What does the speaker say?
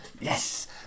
yes